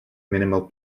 minimal